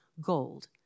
gold